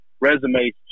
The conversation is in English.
resumes